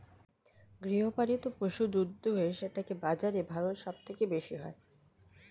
গৃহপালিত পশু দুধ দুয়ে সেটাকে বাজারে ভারত সব থেকে বেশি হয়